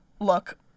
look